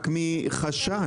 רק מחשש.